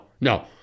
no